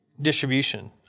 distribution